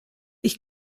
ich